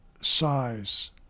size